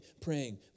praying